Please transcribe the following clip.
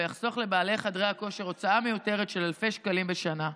ויחסוך לבעלי חדרי הכושר הוצאה מיותרת של אלפי שקלים בשנה.